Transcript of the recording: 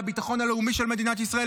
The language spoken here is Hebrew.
לביטחון הלאומי של מדינת ישראל,